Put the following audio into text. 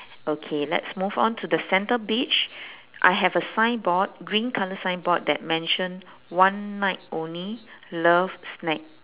okay let's move on to the centre beach I have a signboard green colour signboard that mention one night only love snack